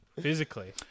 Physically